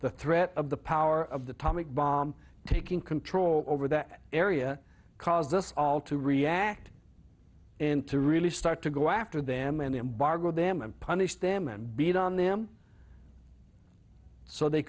the threat of the power of the tomic bomb taking control over that area caused us all to react and to really start to go after them and embargo them and punish them and beat on them so they